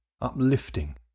uplifting